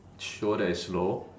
show that is slow